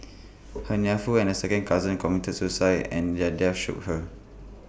her nephew and A second cousin committed suicide and their deaths shook her